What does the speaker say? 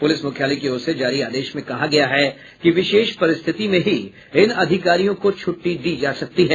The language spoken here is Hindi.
प्रलिस मुख्यालय की ओर से जारी आदेश में कहा गया है कि विशेष परिस्थिति में ही इन अधिकारियों को छुट्टी दी जा सकती है